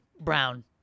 Brown